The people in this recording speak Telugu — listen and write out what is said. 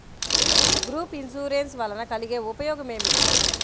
గ్రూప్ ఇన్సూరెన్స్ వలన కలిగే ఉపయోగమేమిటీ?